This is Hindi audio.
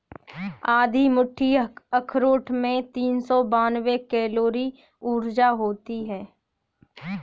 आधी मुट्ठी अखरोट में तीन सौ बानवे कैलोरी ऊर्जा होती हैं